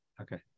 Okay